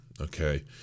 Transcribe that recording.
Okay